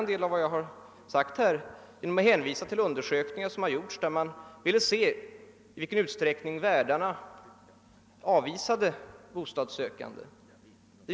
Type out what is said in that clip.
En del av vad jag här anfört får faktiskt stöd av undersökningar som har gjorts för att utröna i vilken utsträckning hyresvärdarna avvisar bostadssökande.